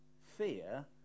fear